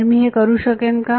तर मी हे करू शकेन का